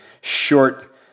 short